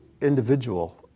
individual